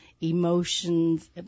emotions